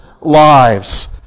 lives